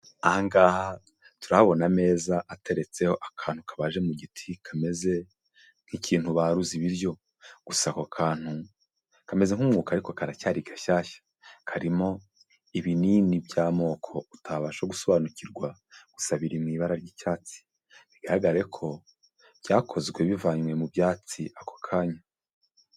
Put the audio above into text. Aha ngaha turahabona ameza ateretseho akantu kabaje mu giti kameze nk'ikintu baruza ibiryo gusa ako kantu kameze nk'umwuko ariko karacyari gashyashya karimo ibinini by'amoko utabasha gusobanukirwa gusa biri mu ibara ry'icyatsi bigaragare ko byakozwe bivanywe mu byatsi ako kanya.